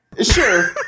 Sure